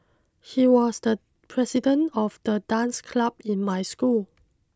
he was the president of the dance club in my school